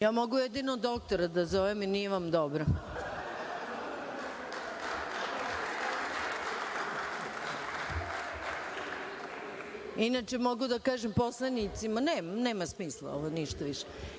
vas.)Mogu jedino doktora da zovem jer nije vam dobro. Inače, mogu da kažem poslanicima, nema smisla ovo ništa više,